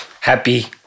happy